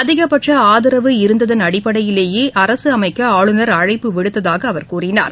அதிகபட்ச ஆதரவு இருந்ததன் அடிப்படையிலேயே அரசு அமைக்க ஆளுநர் அழைப்பு விடுத்ததாக அவர் கூறினார்